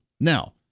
Now